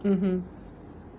mmhmm